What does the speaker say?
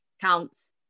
counts